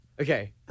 okay